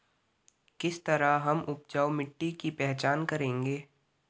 किस तरह हम उपजाऊ मिट्टी की पहचान करेंगे?